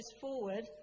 forward